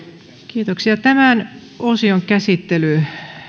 kiitoksia tämän osion käsittely